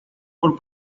por